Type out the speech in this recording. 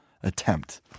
attempt